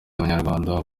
abanyarwandakazi